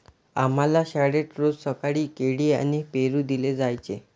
आम्हाला शाळेत रोज सकाळी केळी आणि पेरू दिले जायचे